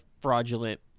fraudulent